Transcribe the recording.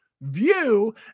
view